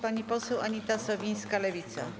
Pani poseł Anita Sowińska, Lewica.